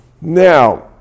Now